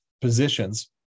positions